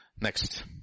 Next